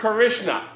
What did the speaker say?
Krishna